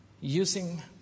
using